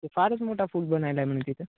ते फारच मोठा पूल बनवला आहे म्हणून तिथं